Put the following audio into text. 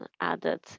added